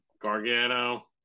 Gargano